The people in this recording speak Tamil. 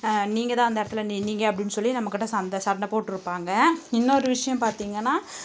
நீங்கள்தான் அந்த இடத்துல நின்றிங்க அப்படின்னு சொல்லி நம்மக்கிட்ட சந்த சண்டை போட்டிருப்பாங்க இன்னொரு விஷ்யம் பார்த்திங்கன்னா